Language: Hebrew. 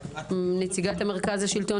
נציגת המרכז לשלטון